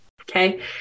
Okay